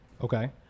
Okay